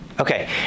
Okay